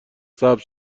سبز